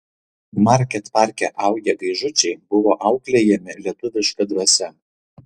market parke augę gaižučiai buvo auklėjami lietuviška dvasia